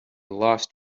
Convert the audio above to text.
lost